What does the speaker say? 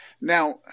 Now